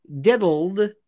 diddled